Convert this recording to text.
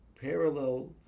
parallel